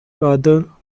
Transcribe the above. rather